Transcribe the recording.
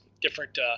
different –